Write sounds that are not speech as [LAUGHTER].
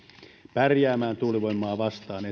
pärjäämään tuulivoimaa vastaan [UNINTELLIGIBLE]